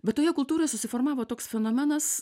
bet toje kultūroje susiformavo toks fenomenas